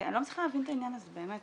אני לא מצליחה להבין את העניין הזה, באמת.